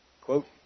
quote